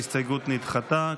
ההסתייגות נדחתה.